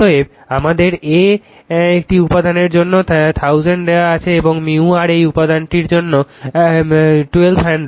অতএব আমাদের A এই উপাদানটির জন্য 1000 দেওয়া হয়েছে এবং µr এই উপাদানটির জন্য 1200